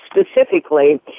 specifically